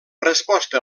resposta